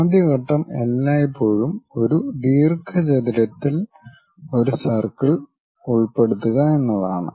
ആദ്യ ഘട്ടം എല്ലായ്പ്പോഴും ഒരു ദീർഘചതുരത്തിൽ ഒരു സർക്കിൾ ഉൾപ്പെടുത്തുക എന്നതാണ്